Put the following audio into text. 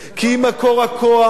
כי היא מקור הכוח,